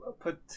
put